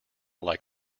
like